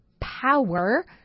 power